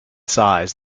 size